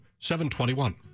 721